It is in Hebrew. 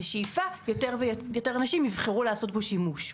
בשאיפה יותר נשים יבחרו לעשות בו שימוש.